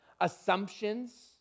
assumptions